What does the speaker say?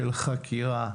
של חקירה.